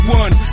one